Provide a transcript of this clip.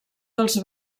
dels